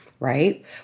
right